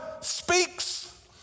speaks